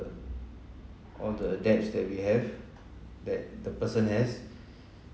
all the debts that we have that the person has